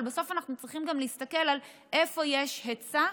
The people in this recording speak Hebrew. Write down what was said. אבל בסוף אנחנו צריכים גם להסתכל על איפה יש היצע,